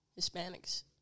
Hispanics